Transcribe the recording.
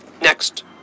Next